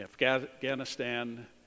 Afghanistan